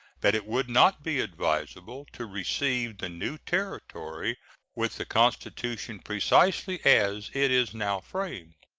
that it would not be advisable to receive the new territory with the constitution precisely as it is now framed.